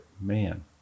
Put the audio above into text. Man